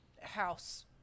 House